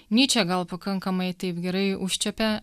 nyčė gal pakankamai taip gerai užčiuopė